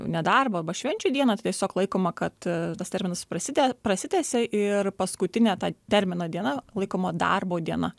nedarbo arba švenčių dieną tai tiesiog laikoma kad tas terminas praside prasitęsia ir paskutinę tą termino diena laikoma darbo diena